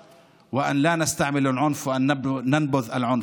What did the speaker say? הדיון הוא על כך שלא נשתמש באלימות ונוקיע אותה.)